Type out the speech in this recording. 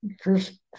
first